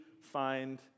find